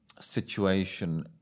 situation